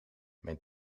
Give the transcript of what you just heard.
mijn